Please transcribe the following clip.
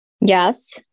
Yes